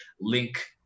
link